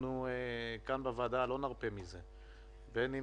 אנחנו כאן בוועדה לא נרפה מזה, בין אם